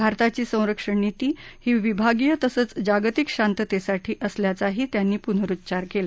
भारताची संरक्षण नीती ही विभागीय तसंच जागतिक शांततेसाठी असल्याच ही त्यांनी पुनरुच्चार केला